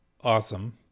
awesome